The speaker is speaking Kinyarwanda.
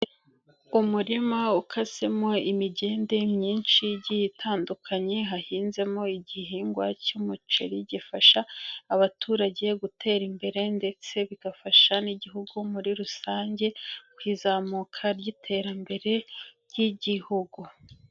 Umurima ukasemo imigende myinshi igiye itandukanye hahinzemo igihingwa cy'umuceri, gifasha abaturage gutera imbere ndetse bigafasha n'igihugu muri rusange, ku izamuka ry'iterambere ry'igihugu.